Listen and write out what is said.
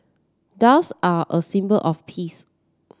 doves are a symbol of peace